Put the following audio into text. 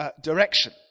Direction